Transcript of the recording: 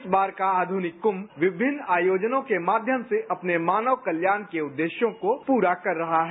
इस बार का आधुनिक कुंम विभिन्न आयोजनों के माध्यम से अपने मानव कल्याण के उद्देश्यों को पूरा कर रहा है